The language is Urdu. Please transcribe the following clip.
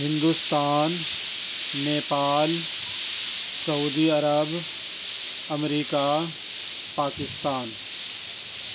ہندوستان نیپال سعودی عرب امریکہ پاکستان